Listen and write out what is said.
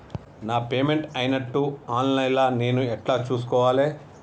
నా పేమెంట్ అయినట్టు online లా నేను ఎట్ల చూస్కోవాలే?